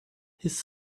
his